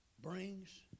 brings